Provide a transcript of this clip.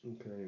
okay